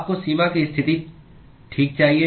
आपको सीमा की स्थिति ठीक चाहिए